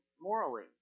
morally